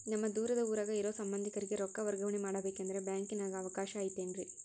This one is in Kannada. ನಮ್ಮ ದೂರದ ಊರಾಗ ಇರೋ ಸಂಬಂಧಿಕರಿಗೆ ರೊಕ್ಕ ವರ್ಗಾವಣೆ ಮಾಡಬೇಕೆಂದರೆ ಬ್ಯಾಂಕಿನಾಗೆ ಅವಕಾಶ ಐತೇನ್ರಿ?